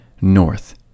north